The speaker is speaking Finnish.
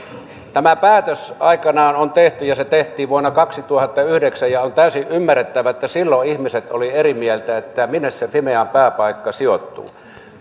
tämä päätös aikanaan on tehty se tehtiin vuonna kaksituhattayhdeksän ja on täysin ymmärrettävää että silloin ihmiset olivat eri mieltä että minne se fimean pääpaikka sijoittuu